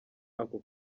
ako